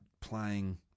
playing